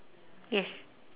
yes